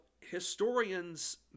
historians